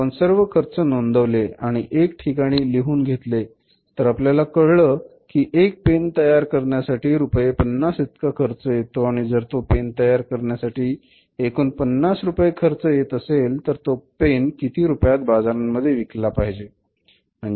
आपण सर्व खर्च नोंदवले आणि एक ठिकाणी लिहून घेतले तर आपल्याला कळलं ही एक पेन तयार करण्यासाठी रुपये पन्नास इतका खर्च येतो आणि जर तो पेन तयार करण्यासाठी एकूण पन्नास रुपये खर्च येत असेल तर तो पेन किती रुपयात बाजारामध्ये विकला पाहिजे